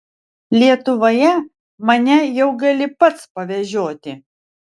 lietuvoje mane jau gali pats pavežioti